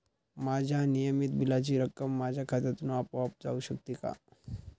माझ्या नियमित बिलाची रक्कम माझ्या खात्यामधून आपोआप जाऊ शकते का?